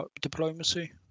Diplomacy